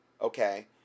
okay